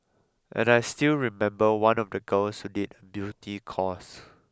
and I still remember one of the girls who did beauty course